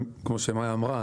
כמו שמאיה אמרה,